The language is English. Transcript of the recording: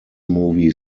movie